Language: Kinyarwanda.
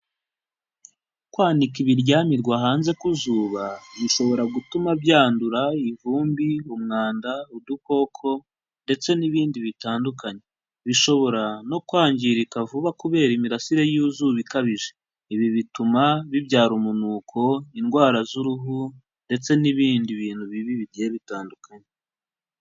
Kwanika ibiryamirwa hanze ku zuba bishobora gutuma byandura ivumbi, umwanda, udukoko ndetse n'ibindi bitandukanye, bishobora no kwangirika vuba kubera imirasire y'izuba ikabije. Ibi bituma bibyara umunuko, indwara z'uruhu ndetse n'ibindi bintu bibi bigiye bitandukanye.